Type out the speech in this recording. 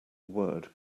word